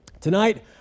Tonight